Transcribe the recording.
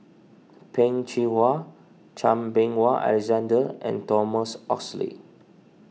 Peh Chin Hua Chan Meng Wah Alexander and Thomas Oxley